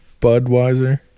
budweiser